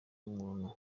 umuntu